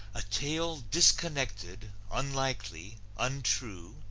a tale disconnected, unlikely, untrue,